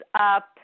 up